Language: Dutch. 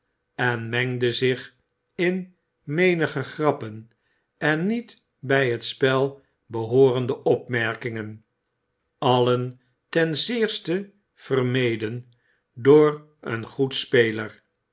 en mengde zich in menige grappen en niet bij het spel behoorende opmerkingen allen ten zeerste vermeden door een goed speler